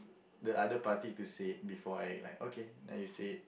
the other party to say it before I like okay then you say it